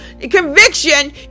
conviction